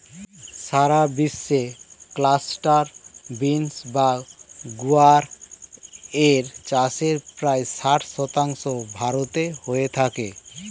সারা বিশ্বে cluster bean বা গুয়ার এর চাষের প্রায় ষাট শতাংশ ভারতে হয়ে থাকে